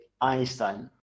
Einstein